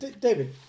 David